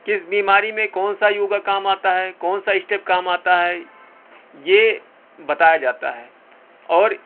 کس بیماری میں کون سا یوگا کام آتا ہے کون سا اسٹیپ کام آتا ہے یہ بتایا جاتا ہے اور